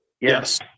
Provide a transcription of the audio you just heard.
Yes